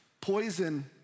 poison